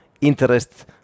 interest